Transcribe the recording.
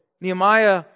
Nehemiah